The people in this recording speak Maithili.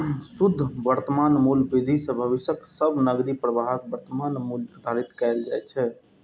शुद्ध वर्तमान मूल्य विधि सं भविष्यक सब नकदी प्रवाहक वर्तमान मूल्य निर्धारित कैल जाइ छै